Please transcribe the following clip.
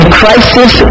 crisis